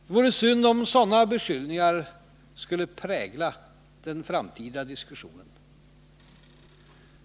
Det vore synd om sådana beskyllningar skulle prägla den framtida diskussionen.